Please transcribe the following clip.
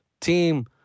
team